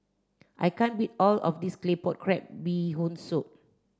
I can't eat all of this Claypot Crab Bee Hoon Soup